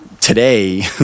today